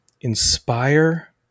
inspire